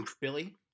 Billy